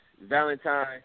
Valentine